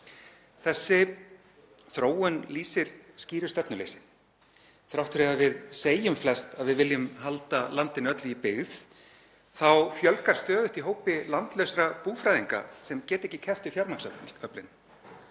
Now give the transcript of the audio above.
Þessi þróun lýsir skýru stefnuleysi. Þrátt fyrir að við segjum flest að við viljum halda landinu öllu í byggð þá fjölgar stöðugt í hópi landlausra búfræðinga sem geta ekki keppt við fjármagnsöflin.